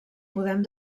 podem